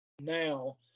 now